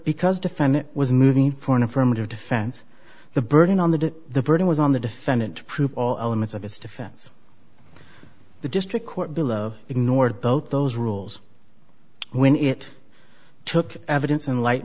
because defendant was moving for an affirmative defense the burden on the the burden was on the defendant to prove all elements of his defense the district court below ignored both those rules when it took evidence in light